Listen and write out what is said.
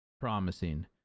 promising